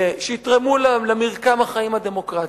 שיתרמו למרקם החיים הדמוקרטיים,